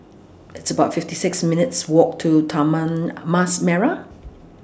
It's about fifty six minutes' Walk to Taman Mas Merah